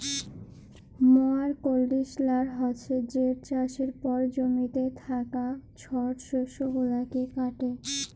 ময়ার কল্ডিশলার হছে যেট চাষের পর জমিতে থ্যাকা ছট শস্য গুলাকে কাটে